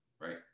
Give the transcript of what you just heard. right